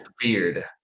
beard